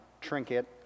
trinket